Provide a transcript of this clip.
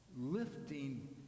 lifting